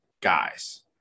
guys